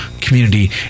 community